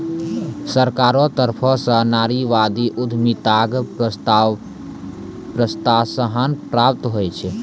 सरकारो तरफो स नारीवादी उद्यमिताक प्रोत्साहन प्राप्त होय छै